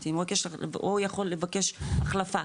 הוא יכול לבקש החלפה,